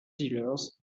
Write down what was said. dealers